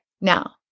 now